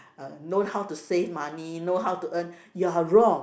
and know how to save money know how to earn you are wrong